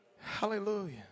hallelujah